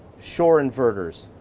shore inverters,